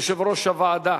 יושב-ראש הוועדה,